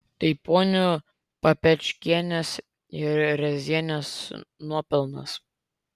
tai ponių papečkienės ir rėzienės nuopelnas